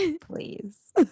Please